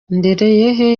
ndereyehe